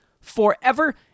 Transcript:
forever